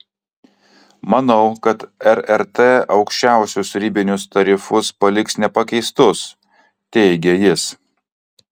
manau kad rrt aukščiausius ribinius tarifus paliks nepakeistus teigia jis